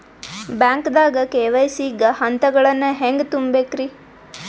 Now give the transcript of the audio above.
ಬ್ಯಾಂಕ್ದಾಗ ಕೆ.ವೈ.ಸಿ ಗ ಹಂತಗಳನ್ನ ಹೆಂಗ್ ತುಂಬೇಕ್ರಿ?